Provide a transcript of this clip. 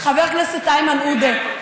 חבר הכנסת איימן עודה,